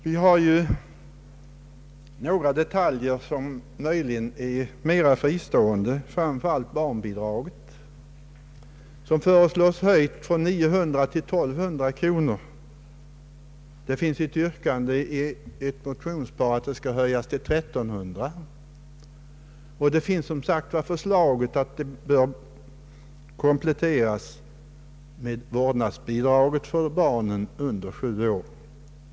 Det finns några detaljer som möjligen är mera fristående, framför allt barnbidraget, vilket föreslås höjt från 900 till 1200 kronor. Det finns ett yrkande i ett motionspar att det skall höjas till 1300 kronor och ett förslag att det skall kompletteras med ett vårdnadsbidrag för barn under sju år.